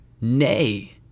Nay